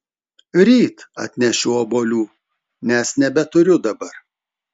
ryt atnešiu obuolių nes nebeturiu dabar